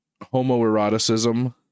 homoeroticism